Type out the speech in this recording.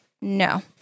no